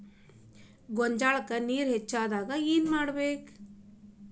ಗೊಂಜಾಳಕ್ಕ ನೇರ ಹೆಚ್ಚಾದಾಗ ಏನ್ ಮಾಡಬೇಕ್?